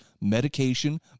medication